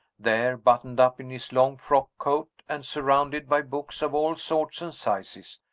there, buttoned up in his long frock coat, and surrounded by books of all sorts and sizes,